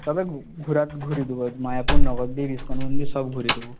তবে ঘুরা ঘুরিয়ে দেবো মায়াপুর নবদ্বীপ ইসকন মন্দির সব ঘুরিয়ে দেবো